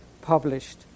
published